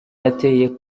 yateye